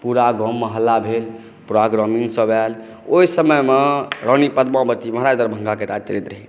पूरा गाममे हल्ला भेल पूरा ग्रामीणसभ आयल ओहि समयमे रानी पद्मावती महाराज दरभंगाक राज्य रहै